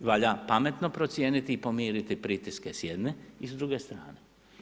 Valja pametno procijeniti i pomiriti pritiske s jedne i s druge strane.